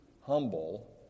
humble